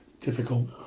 Difficult